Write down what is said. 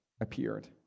appeared